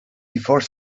before